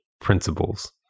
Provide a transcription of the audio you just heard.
principles